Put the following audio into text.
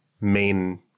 main